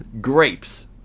Grapes